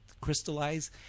crystallize